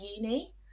uni